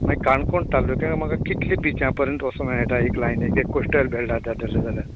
मागीर काणकोण तालुक्यांत म्हाका कितलीं बिच्या पर्यंत वचोंक मेळटा एक लायणिचेर एक काॅस्टल बेल्ट आता धरलें जाल्यार